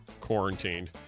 quarantined